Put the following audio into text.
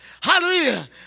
Hallelujah